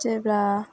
जेब्ला